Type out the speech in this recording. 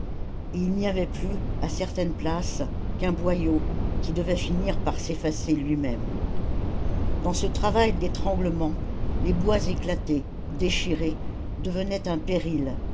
et il n'y avait plus à certaines places qu'un boyau qui devait finir par s'effacer lui-même dans ce travail d'étranglement les bois éclatés déchirés devenaient un péril